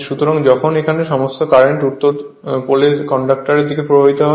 সুতরাং এখানে সমস্ত কারেন্ট উত্তর পোলতে কন্ডাক্টর এর দিকে প্রবাহিত হয়